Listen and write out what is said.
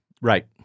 Right